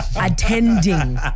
Attending